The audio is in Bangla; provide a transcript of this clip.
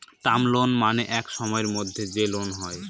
টার্ম লোন মানে এক সময়ের মধ্যে যে লোন হয়